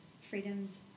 freedoms